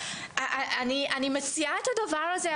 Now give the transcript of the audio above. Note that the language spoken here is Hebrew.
אני מציעה את הדבר הזה,